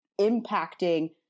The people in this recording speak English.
impacting